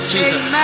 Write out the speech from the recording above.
Jesus